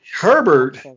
Herbert